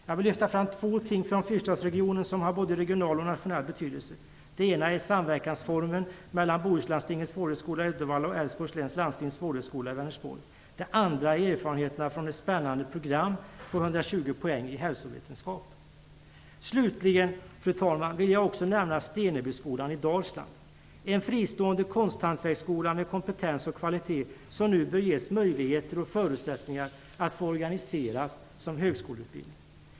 Jag vill lyfta fram två ting från fyrstadsregionen som har både regional och nationell betydelse. Det ena är samverkansformen mellan Bohuslandstingets vårdhögskola i Uddevalla och Älvsborgs läns landstings vårdhögskola i Vänersborg. Det andra är erfarenheterna från ett spännande program i hälsovetenskap som ger 120 universitetspoäng. Slutligen, fru talman, vill jag också nämna Stenebyskolan i Dalsland. Det är en fristående konsthanverksskola med kompetens och kvalitet som nu bör ges möjligheter och förutsättningar att organiseras som högskoleutbildning.